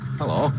hello